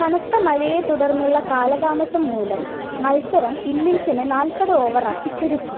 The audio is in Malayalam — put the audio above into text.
കനത്ത മഴയെ തുടർന്നുള്ള കാലതാമസം മൂലം മത്സരം ഇന്നിങ്ങ്സിനു നാൽപ്പത് ഓവറാക്കി ചുരുക്കി